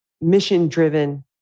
mission-driven